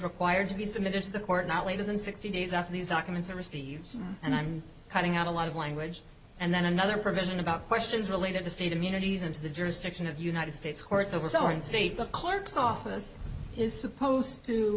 required to be submitted to the court not later than sixty days after these documents are received and i'm cutting out a lot of language and then another provision about questions related to state immunities and to the jurisdiction of united states courts overselling state the clerk's office is supposed to